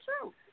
true